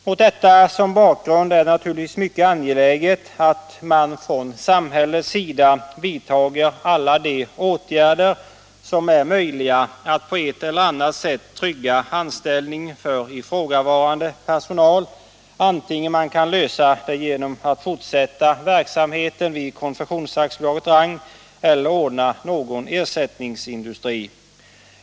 Med detta som bakgrund är det naturligtvis mycket angeläget att man från samhällets sida vidtar alla de åtgärder som är möjliga för att på ett eller annat sätt trygga anställningen för ifrågavarande personal — genom antingen fortsatt verksamhet vid Konfektions AB Rang eller någon ersättningsindustri.